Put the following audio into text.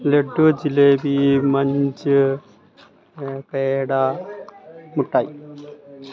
laddu jalebi Munch peda മിഠായി